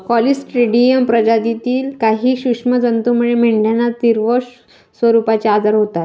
Clostridium प्रजातीतील काही सूक्ष्म जंतूमुळे मेंढ्यांना तीव्र स्वरूपाचे आजार होतात